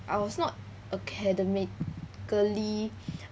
I was not academically